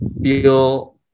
feel